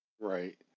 right